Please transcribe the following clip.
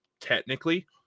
technically